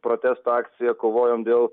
protesto akciją kovojom dėl